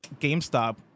GameStop